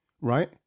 right